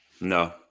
No